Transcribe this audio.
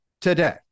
today